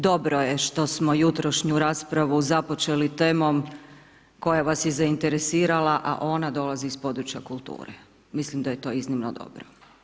Dobro je što smo jutrošnju raspravu započeli temom koja vas je zainteresirala a ona dolazi iz područja kulture, mislim da je to iznimno dobro.